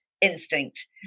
instinct